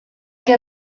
que